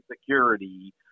Security